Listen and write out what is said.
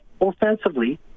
offensively